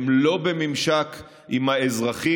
הם לא בממשק עם האזרחים.